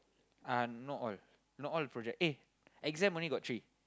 uh not all not all project eh exam only got three